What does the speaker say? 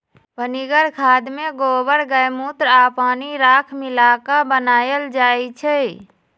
पनीगर खाद में गोबर गायमुत्र आ पानी राख मिला क बनाएल जाइ छइ